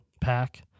pack